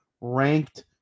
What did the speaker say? ranked